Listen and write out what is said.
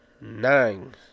Nine